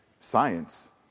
science